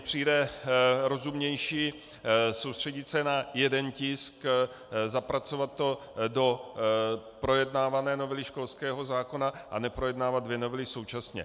Přijde mi rozumnější soustředit se na jeden tisk, zapracovat to do projednávané novely školského zákona a neprojednávat dvě novely současně.